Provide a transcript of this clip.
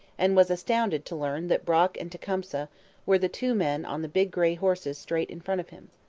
and was astounded to learn that brock and tecumseh were the two men on the big grey horses straight in front of him.